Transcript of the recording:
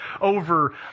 Over